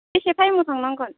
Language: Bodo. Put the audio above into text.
बेसे टाइमाव थांनांगोन